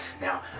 Now